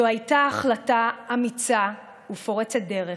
זו הייתה החלטה אמיצה ופורצת דרך,